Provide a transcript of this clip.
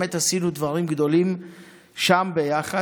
ובאמת עשינו דברים גדולים שם ביחד.